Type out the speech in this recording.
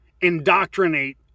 indoctrinate